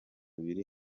biri